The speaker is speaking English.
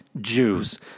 Jews